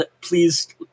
please